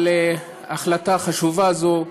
על החלטה חשובה זו.